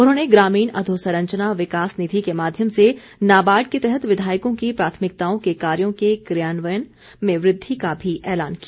उन्होंने ग्रामीण अधोसंरचना विकास निधि के माध्यम से नाबार्ड के तहत विधायकों की प्राथमिकताओं के कार्यो के क्रियान्वयन में वृद्धि का भी ऐलान किया